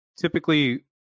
typically